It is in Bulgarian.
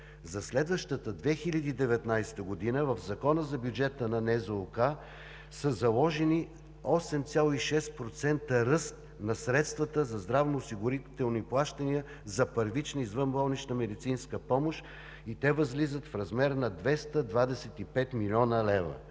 За следващата 2019 г. в Закона за бюджета на НЗОК са заложени 8,6% ръст на средствата за здравноосигурителни плащания за първична извънболнична медицинска помощ и те възлизат в размер на 225 млн. лв.